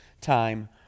time